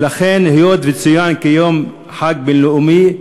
ולכן, היות שהוא צוין כיום חג בין-לאומי,